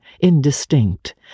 indistinct